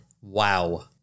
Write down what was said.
Wow